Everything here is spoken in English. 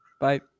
Bye